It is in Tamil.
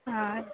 ஆ